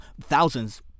thousands